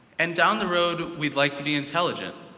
and down the road, we'd like to be intelligent.